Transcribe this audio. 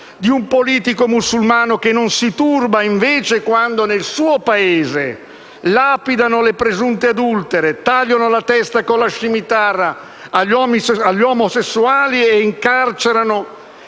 di un politico musulmano che non si turba, invece, quando nel suo Paese lapidano le presunte adultere, tagliano la testa con la scimitarra agli omosessuali e incarcerano